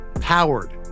powered